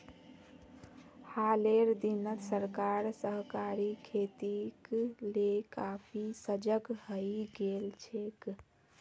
हालेर दिनत सरकार सहकारी खेतीक ले काफी सजग हइ गेल छेक